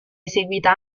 eseguita